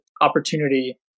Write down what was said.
opportunity